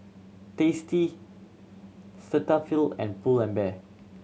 Tasty Cetaphil and Pull and Bear